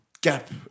gap